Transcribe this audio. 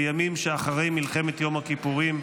בימים שאחרי מלחמת יום הכיפורים,